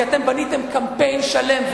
כי אתם בניתם קמפיין שלם.